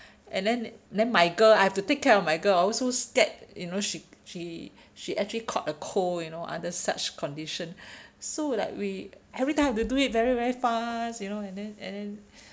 and then then my girl I have to take care of my girl I was so scared you know she she she actually caught a cold you know under such condition so like we every time have do it very very fast you know and then and then